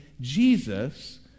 Jesus